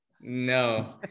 No